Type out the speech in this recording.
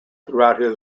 throughout